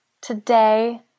Today